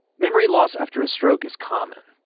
memory loss after a stroke is common.